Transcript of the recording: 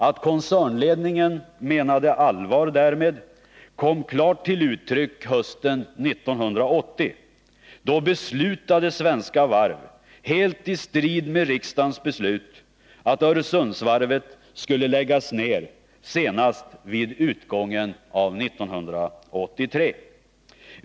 Att koncernledningen menade allvar därmed kom klart till uttryck hösten 1980. Då beslutade Svenska Varv, helt i strid med riksdagens beslut, att Öresundsvarvet skulle läggas ned senast vid utgången av 1983.